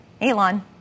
Elon